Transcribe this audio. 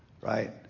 right